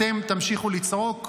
אתם תמשיכו לצעוק,